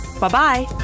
Bye-bye